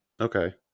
Okay